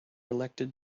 elected